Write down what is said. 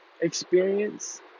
experience